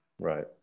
Right